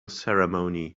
ceremony